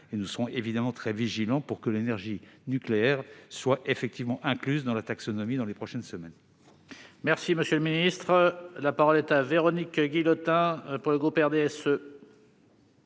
Nous serons évidemment très vigilants pour que l'énergie nucléaire soit effectivement incluse dans cette taxonomie dans les prochaines semaines.